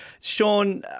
Sean